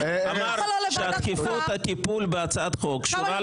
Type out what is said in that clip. אמר שדחיפות הטיפול בהצעת החוק קשורה לטבריה.